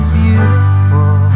beautiful